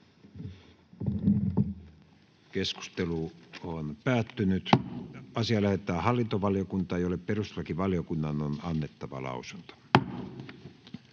ehdottaa, että asia lähetetään hallintovaliokuntaan, jolle perustuslakivaliokunnan on annettava lausunto.